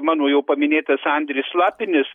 mano jau paminėtas andris lapinis